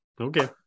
Okay